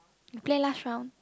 we play last round